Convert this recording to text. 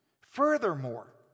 Furthermore